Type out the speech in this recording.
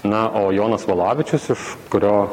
na o jonas valavičius iš kurio